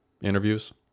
interviews